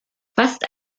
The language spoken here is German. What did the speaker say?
fast